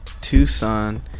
Tucson